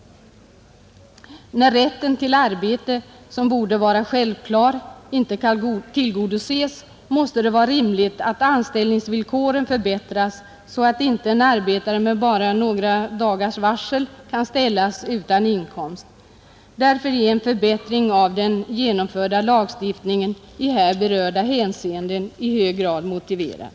När rätten till arbete, som borde vara självklar, inte kan tillgodoses, måste det vara rimligt att anställningsvillkoren förbättras, så att inte en arbetare med bara några dagars varsel kan ställas utan inkomst. Därför är en förbättring av den genomförda lagstiftningen i här berörda hänseenden i hög grad motiverad.